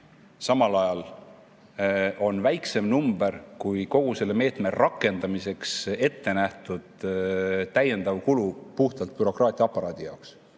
miljonit on väiksem number kui kogu selle meetme rakendamiseks ettenähtud täiendav kulu puhtalt bürokraatiaaparaadi jaoks.